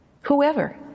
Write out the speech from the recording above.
whoever